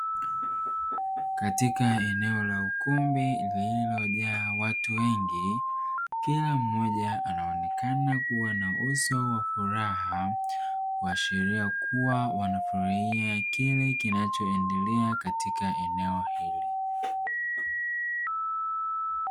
Katika eneo la ukumbi lililojaa watu wengi, kila mmoja anaonekana kuwa na uso wa furaha, kuashiria kuwa wanafurahia kile kinachoendelea katika eneo hili.